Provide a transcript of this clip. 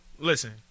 Listen